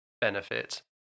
benefit